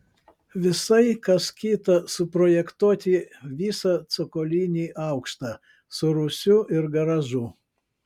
visai kas kita suprojektuoti visą cokolinį aukštą su rūsiu ir garažu